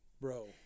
bro